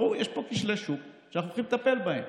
ברור, יש כאן כשלי שוק שאנחנו הולכים לטפל בהם